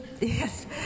yes